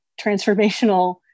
transformational